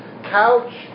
couch